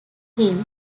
him